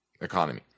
economy